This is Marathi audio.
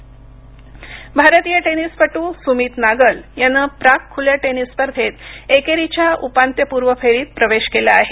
टेनिस भारतीय टेनिसपटू सुमित नागल याने प्राग खुल्या टेनिस स्पर्धेत एकेरीच्या उपांत्यपूर्व फेरीत प्रवेश केला आहे